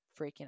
freaking